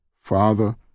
Father